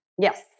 Yes